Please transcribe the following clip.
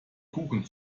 kuchen